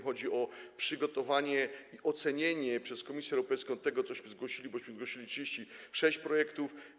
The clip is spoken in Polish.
Chodzi o przygotowanie i ocenienie przez Komisję Europejską tego, cośmy zgłosili, bo zgłosiliśmy 36 projektów.